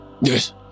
Yes